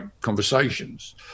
conversations